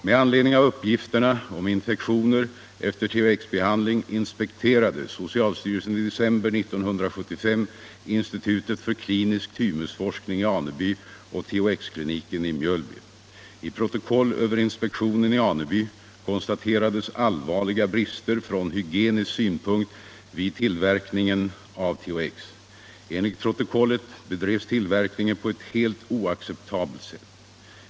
Med anledning av uppgifterna om infektioner efter THX-behandling inspekterade socialstyrelsen i december 1975 Institutet för klinisk thymusforskning i Aneby och THX-kliniken i Mjölby. I protokoll över inspektionen i Aneby konstaterades allvarliga brister från hygienisk synpunkt vid tillverkningen av THX. Enligt protokollet bedrevs tillverkningen på ett helt oacceptabelt sätt.